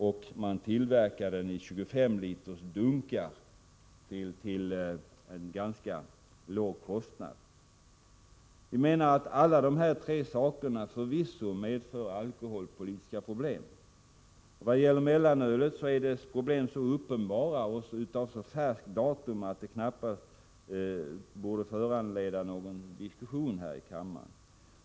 Vinet kan tillverkas i 25-liters dunkar till en ganska låg kostnad. Alla dessa tre drycker medför förvisso alkoholpolitiska problem. Vad gäller mellanölet är dessa problem så uppenbara och av så färskt datum att de knappast borde behöva föranleda någon diskussion här i kammaren.